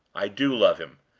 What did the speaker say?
i do love him!